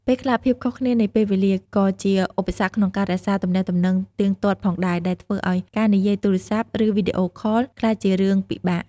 ពេលខ្លះ ភាពខុសគ្នានៃពេលវេលា ក៏ជាឧបសគ្គក្នុងការរក្សាទំនាក់ទំនងទៀងទាត់ផងដែរ ដែលធ្វើឱ្យការនិយាយទូរស័ព្ទ ឬវីដេអូខលក្លាយជារឿងពិបាក។